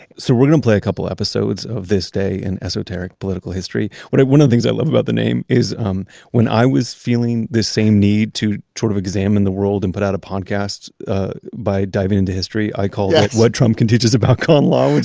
so we're going to play a couple episodes of this day in esoteric political history. one of the things i love about the name is um when i was feeling this same need to sort of examine the world and put out a podcast by diving into history, i called it what trump can teach us about con law, which